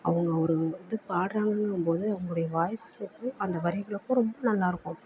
அவங்க ஒரு இது பாடுகிறாங்கங்கும் போது அவங்க வாய்ஸ் வந்து அந்த வரிகளுக்கு ரொம்ப நல்லாயிருக்கும்